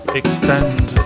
extend